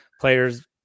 players